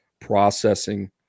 processing